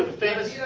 ah famous yeah